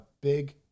big